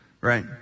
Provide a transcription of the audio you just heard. Right